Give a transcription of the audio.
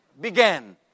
began